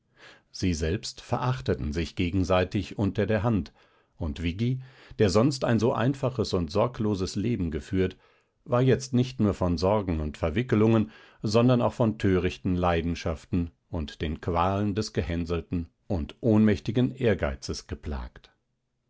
sie selbst verachteten sich gegenseitig unterderhand und viggi der sonst ein so einfaches und sorgloses leben geführt war jetzt nicht nur von sorgen und verwickelungen sondern auch von törichten leidenschaften und den qualen des gehänselten und ohnmächtigen ehrgeizes geplagt